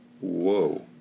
Whoa